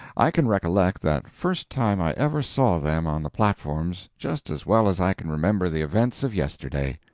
i can recollect that first time i ever saw them on the platforms just as well as i can remember the events of yesterday.